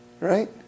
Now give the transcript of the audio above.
Right